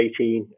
2018